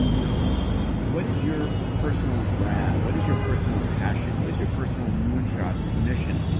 you know what is your personal brand? what is your personal passion? what is your personal moonshot and mission?